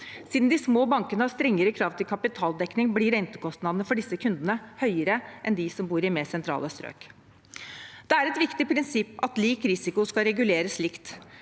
Siden de små bankene har strengere krav til kapitaldekning, blir rentekostnadene for disse kundene høyere enn for dem som bor i mer sentrale strøk. Det er et viktig prinsipp at lik risiko skal reguleres likt.